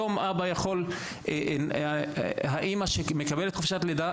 היום האימא שמקבלת חופשת לידה,